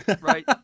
right